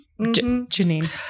Janine